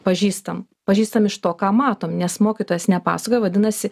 pažįstam pažįstam iš to ką matom nes mokytojas nepasakojo vadinasi